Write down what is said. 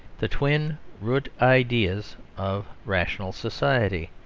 the twin root ideas of rational society.